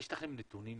לפני התוכנית